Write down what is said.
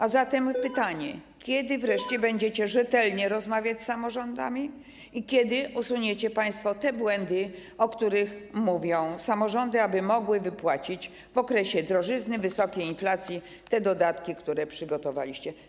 A zatem pytanie: Kiedy wreszcie będziecie rzetelnie rozmawiać z samorządami i kiedy usuniecie państwo te błędy, o których mówią samorządy, tak aby mogły w okresie drożyzny, wysokiej inflacji wypłacić dodatki, które przygotowaliście?